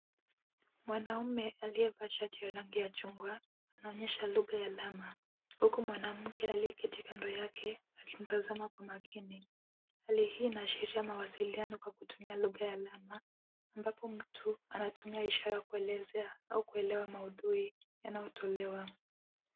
Mwanamume aliyevaa shati ya rangi ya chungwa anaonyesha lugha ya alama huku mwanamke aliye keti kando yake akimtazama kwa makini, hali hii inaashiria mawasiliano kwa kutumia lugha ya alama ambapo mtu anatumia ishara ya kuelezea au kuelewa maudhui yanayotolewa.